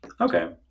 okay